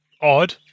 odd